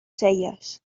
celles